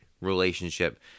relationship